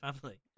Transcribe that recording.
family